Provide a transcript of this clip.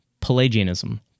Pelagianism